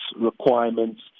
requirements